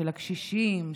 של הקשישים,